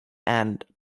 and